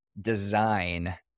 design